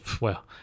well-